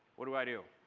what do i do?